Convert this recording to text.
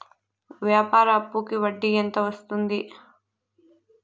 వ్యాపార అప్పుకి వడ్డీ ఎంత వస్తుంది?